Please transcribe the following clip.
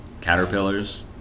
caterpillars